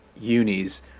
unis